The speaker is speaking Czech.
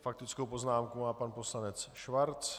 Faktickou poznámku má pan poslanec Schwarz.